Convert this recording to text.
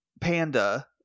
panda